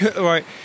right